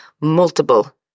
multiple